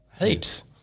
Heaps